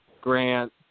Grant